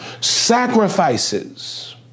sacrifices